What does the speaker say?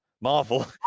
Marvel